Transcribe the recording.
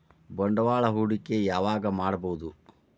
ಬಂಡವಾಳ ಹೂಡಕಿ ಯಾವಾಗ್ ಮಾಡ್ಬಹುದು?